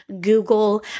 Google